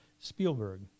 Spielberg